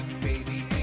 baby